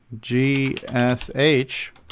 G-S-H